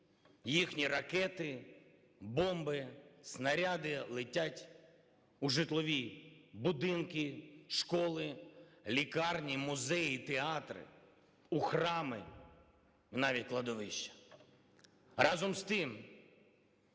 їхні ракети, бомби, снаряди летять в житлові будинки, школи, лікарні, музеї, театри, в храми, навіть кладовища. Разом з тим,